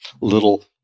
little